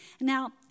Now